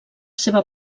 seva